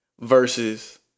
Versus